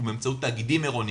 הוא באמצעות תאגידים עירוניים,